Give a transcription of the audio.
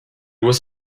was